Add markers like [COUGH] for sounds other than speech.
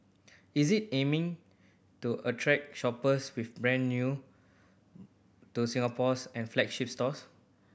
is it aiming to attract shoppers with brand new to Singapore [UNINTELLIGIBLE] and flagship stores